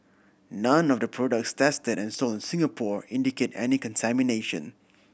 none of the products tested and sold Singapore indicate any contamination